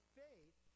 faith